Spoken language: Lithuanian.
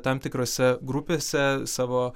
tam tikrose grupėse savo